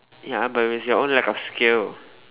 ya I but it was your own lack of skill